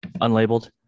Unlabeled